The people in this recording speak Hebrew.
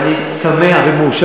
לא אני הסתדרתי במקום,